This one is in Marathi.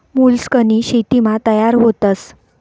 मोलस्कनी शेतीमा तयार व्हतस